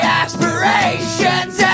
aspirations